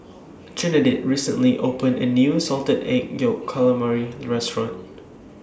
Trinidad recently opened A New Salted Egg Yolk Calamari Restaurant